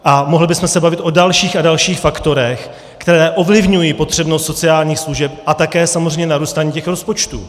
A mohli bychom se bavit o dalších a dalších faktorech, které ovlivňují potřebnost sociálních služeb a také samozřejmě narůstání těch rozpočtů.